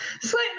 Slightly